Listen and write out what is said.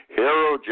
hero